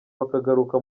bakagaruka